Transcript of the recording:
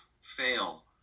fail